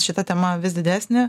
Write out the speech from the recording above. šita tema vis didesnį